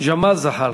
ג'מאל זחאלקה.